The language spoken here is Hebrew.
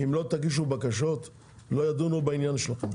אם לא תגישו בקשות לא ידונו בעניין שלכם,